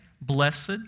blessed